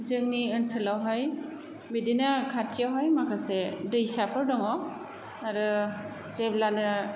जोंनि ओनसोलावहाय बिदिनो खाथियावहाय माखासे दैसाफोर दङ आरो जेब्लानो